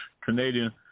Canadian